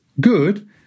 good